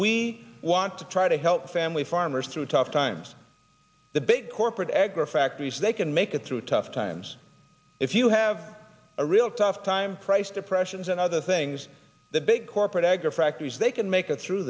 we want to try to help family farmers through tough times the big corporate egg or factories they can make it through tough times if you have a real tough time price depressions and other things the big corporate egger factories they can make it through